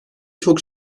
çok